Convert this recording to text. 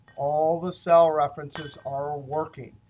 all the cell references are working.